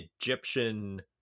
egyptian